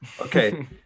Okay